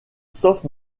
sauf